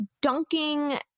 dunking